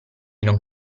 non